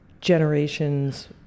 generations